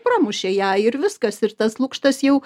pramušė ją ir viskas ir tas lukštas jau